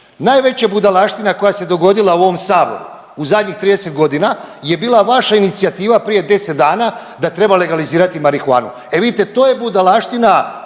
Najveća budalaština koja se dogodila u ovom Saboru u zadnjih 30 godina je bila vaša inicijativa prije 10 dana da treba legalizirati marihuanu. E vidite, to je budalaština